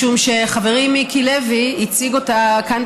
משום שחברי מיקי לוי הציג אותה כאן,